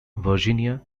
virginia